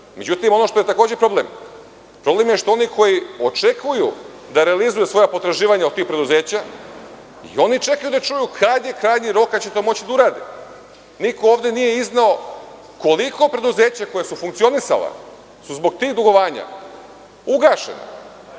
države.Međutim, ono što je takođe problem je što oni koji očekuju da realizuju svoja potraživanja od tih preduzeća čekaju da čuju kada je krajnji rok kada će to moći da urade. Niko ovde nije izneo koliko preduzeća koja su funkcionisala su zbog tih dugovanja ugašena.